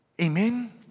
Amen